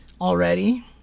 already